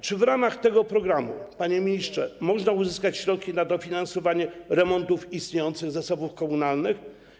Czy w ramach tego programu, panie ministrze, można uzyskać środki na dofinansowanie remontów istniejących zasobów komunalnych?